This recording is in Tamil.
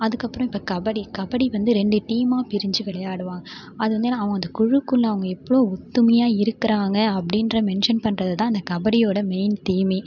அதுக்கப்புறம் இப்போ கபடி கபடி வந்து ரெண்டு டீமாக பிரிஞ்சு விளையாடுவான் அது வந்துனால் அவன் அந்த குழுக்குள்ளே அவங்க எவ்வளோ ஒற்றுமையா இருக்கிறாங்க அப்படின்ற மென்ஷன் பண்றது தான் அந்த கபடியோட மெய்ன் தீமே